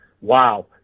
wow